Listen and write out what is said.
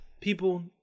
people